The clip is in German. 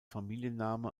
familienname